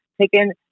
taken